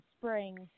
Spring